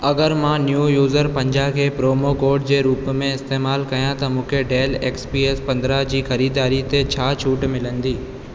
अगर मां new user पंजाह खे प्रोमो कोड जे रूप में इस्तेमालु कयां त मूंखे डेल एक्सपीएस पंद्रहं जी ख़रीदारी ते छा छूट मिलंदी